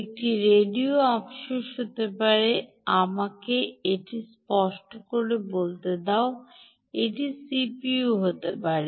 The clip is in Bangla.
একটি রেডিও আফসোস হতে পারে আমাকে এটিকে স্পষ্ট করে বলতে দাও এটি সিপিইউ হতে পারে